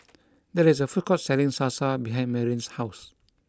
there is a food court selling Salsa behind Marianne's house